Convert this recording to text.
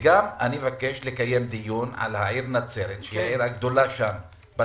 אני מבקש גם לקיים דיון על העיר נצרת שהיא העיר הגדולה בצפון